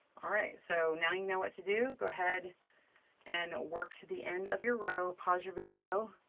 all right, so now you know what to do. go ahead and work to the end of your row. pause your video.